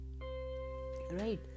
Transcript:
Right